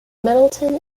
middleton